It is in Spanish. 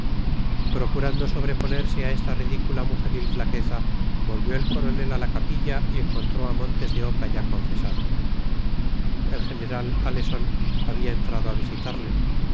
procurando sobreponerse a esta ridícula mujeril flaqueza volvió el coronel a la capilla y encontró a montes de oca ya confesado el general aleson había entrado a visitarle